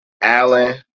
Allen